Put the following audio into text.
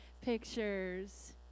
pictures